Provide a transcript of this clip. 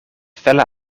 felle